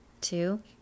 Two